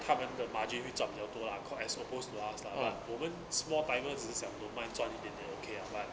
他们的 margin 会赚比较多 caught as opposed to us lah but 我们 small timers 只想 don't mind 转一点点 okay lah but